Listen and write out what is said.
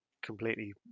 completely